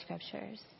scriptures